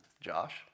Josh